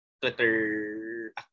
Twitter